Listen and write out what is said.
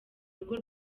rugo